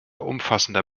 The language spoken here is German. umfassender